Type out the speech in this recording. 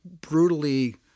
brutally